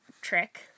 trick